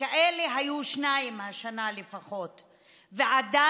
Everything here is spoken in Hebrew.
שכאלה היו לפחות שניים השנה, ועדיין,